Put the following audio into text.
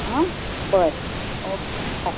हा बरें ऑके बाय